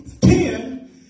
ten